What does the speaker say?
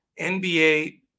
NBA